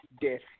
death